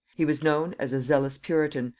he was known as a zealous puritan,